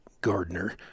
gardener